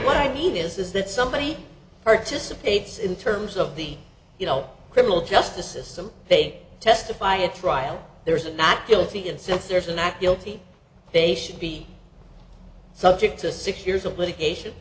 what i mean is that somebody participates in terms of the you know criminal justice system they may testify at trial there's a not guilty and since there's a not guilty they should be subject to six years of litigation